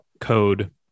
code